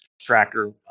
tracker